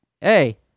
hey